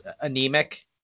anemic